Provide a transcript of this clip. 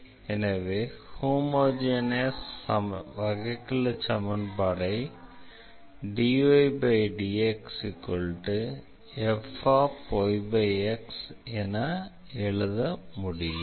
எனவே homogeneous differential ஈக்குவேஷனை dydxfyx என எழுத முடியும்